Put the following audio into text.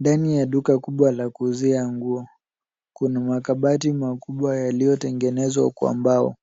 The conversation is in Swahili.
Ndani ya duka kubwa la kuuzia nguo, kuna makabati makubwa yaliyotengenezwa kwa mbao.